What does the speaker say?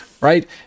right